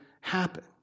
happen